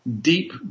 Deep